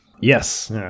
Yes